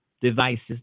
devices